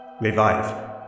revive